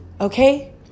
Okay